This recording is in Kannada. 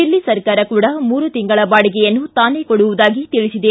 ದಿಲ್ಲಿ ಸರಕಾರ ಕೂಡಾ ಮೂರು ತಿಂಗಳ ಬಾಡಿಗೆಯನ್ನು ತಾನೇ ಕೊಡುವುದಾಗಿ ತಿಳಿಸಿದೆ